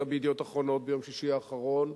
ב"ידיעות אחרונות" ביום שישי האחרון?